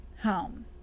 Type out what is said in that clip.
home